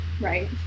right